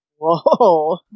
Whoa